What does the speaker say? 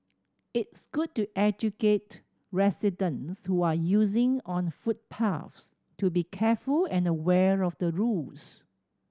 it's good to educate residents who are using on footpaths to be careful and aware of the rules